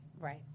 Right